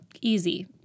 Easy